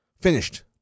finished